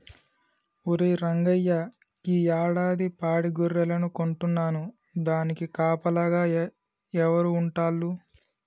ఒరే రంగయ్య గీ యాడాది పాడి గొర్రెలను కొంటున్నాను దానికి కాపలాగా ఎవరు ఉంటాల్లు